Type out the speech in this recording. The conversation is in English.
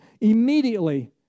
immediately